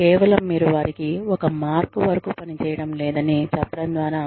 కేవలం మీరు వారికి ఒక మార్క్ వరకు పనిచేయడం లేదని చెప్పడం ద్వారా